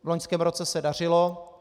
V loňském roce se dařilo.